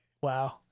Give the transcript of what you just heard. Wow